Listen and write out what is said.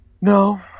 No